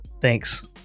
Thanks